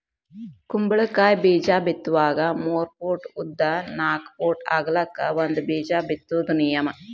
ಕುಂಬಳಕಾಯಿ ಬೇಜಾ ಬಿತ್ತುವಾಗ ಮೂರ ಪೂಟ್ ಉದ್ದ ನಾಕ್ ಪೂಟ್ ಅಗಲಕ್ಕ ಒಂದ ಬೇಜಾ ಬಿತ್ತುದ ನಿಯಮ